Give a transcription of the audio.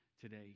today